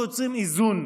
אנחנו יוצרים איזון,